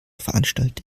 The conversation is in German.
veranstalte